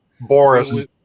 boris